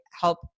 help